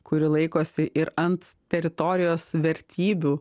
kuri laikosi ir ant teritorijos vertybių